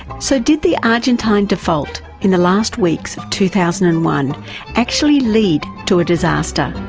so did the argentine default in the last weeks of two thousand and one actually lead to disaster?